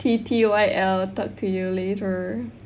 T_T_Y_L talk to you later